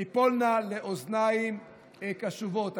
תיפולנה לאוזניים קשובות.